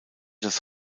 das